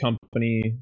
company